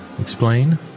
explain